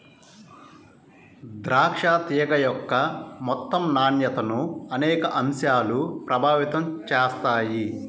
ద్రాక్ష తీగ యొక్క మొత్తం నాణ్యతను అనేక అంశాలు ప్రభావితం చేస్తాయి